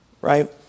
right